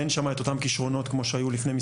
אין שם את אותם כישרונות כמו שהיו לפני מספר שנים.